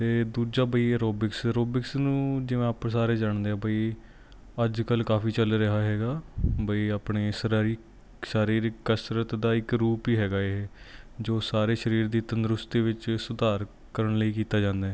ਅਤੇ ਦੂਜਾ ਬਈ ਅਰੋਬਿਕਸ ਅਰੋਬਿਕਸ ਨੂੰ ਜਿਵੇਂ ਆਪਾਂ ਸਾਰੇ ਜਾਣਦੇ ਹਾਂ ਬਈ ਅੱਜ ਕੱਲ੍ਹ ਕਾਫੀ ਚੱਲ ਰਿਹਾ ਹੈਗਾ ਬਈ ਆਪਣੇ ਸਰਾਰੀ ਸਾਰੀਰਕ ਕਸਰਤ ਦਾ ਇੱਕ ਰੂਪ ਹੀ ਹੈਗਾ ਇਹ ਜੋ ਸਾਰੇ ਸਰੀਰ ਦੀ ਤੰਦਰੁਸਤੀ ਵਿੱਚ ਸੁਧਾਰ ਕਰਨ ਲਈ ਕੀਤਾ ਜਾਂਦਾ